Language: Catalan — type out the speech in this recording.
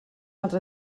altra